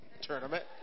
tournament